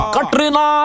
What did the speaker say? Katrina